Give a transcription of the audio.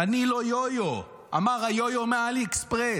"אני לא יו-יו" אמר היו-יו מעלי אקספרס,